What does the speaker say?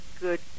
good